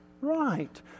right